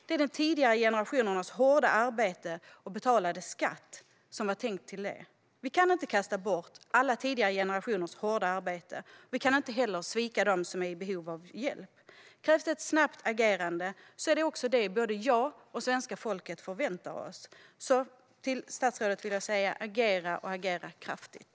Det är de tidigare generationernas hårda arbete och betalade skatt som var tänkt till det. Vi kan inte kasta bort alla tidigare generationers hårda arbete. Vi kan heller inte svika dem som är i behov av hjälp. Krävs det ett snabbt agerande är det vad både jag och svenska folket förväntar oss. Till statsrådet vill jag säga: Agera, och agera kraftigt!